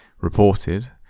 reported